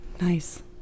Nice